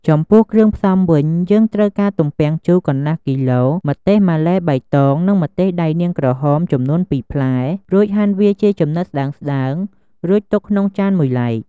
ចំពោះគ្រឿងផ្សំវិញ យើងត្រូវការទំពាំងជូរ កន្លះគីឡូ ម្ទេសម៉ាឡេបៃតង និងម្ទេសដៃនាងក្រហម ចំនួនពីរផ្លែ រួចហាន់វាជាចំណិតស្ដើងៗ រួចទុកក្នុងចានមួយឡែក។